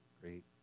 great